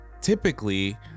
typically